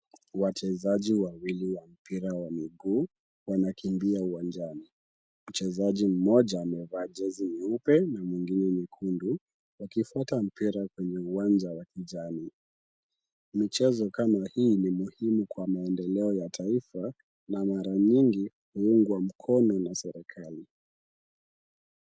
Wachezaji wawili wa mpira wa miguu wanakimbia uwanjani. Mchezaji mmoja amevaa jezi nyeupe na mwingine nyekundu, wakifuata mpira kwenye uwanja wa kijani. Michezo kama hii ni muhimu kwa maendeleo ya taifa, na mara nyingi huungwa mkono na serikali.